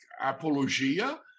Apologia